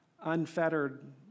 unfettered